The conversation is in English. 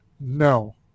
no